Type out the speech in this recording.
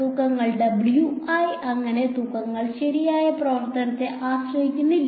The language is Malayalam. തൂക്കങ്ങൾ അങ്ങനെ തൂക്കങ്ങൾ ശരിയായ പ്രവർത്തനത്തെ ആശ്രയിക്കുന്നില്ല